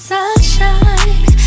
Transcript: Sunshine